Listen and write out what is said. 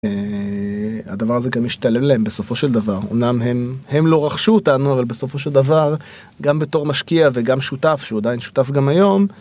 הדבר הזה גם ישתלם להם בסופו של דבר אמנם הם הם לא רכשו אותנו אבל בסופו של דבר גם בתור משקיע וגם שותף שהוא עדיין שותף גם היום...